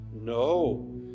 No